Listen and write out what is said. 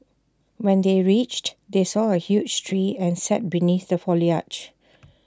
when they reached they saw A huge tree and sat beneath the foliage